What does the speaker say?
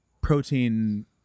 protein